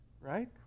Right